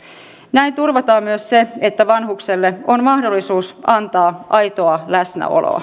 näin turvataan myös se että vanhukselle on mahdollisuus antaa aitoa läsnäoloa